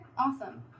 awesome